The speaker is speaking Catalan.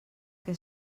què